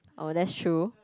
oh that's true